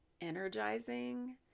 energizing